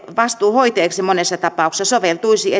vastuuhoitajaksi monessa tapauksessa soveltuisi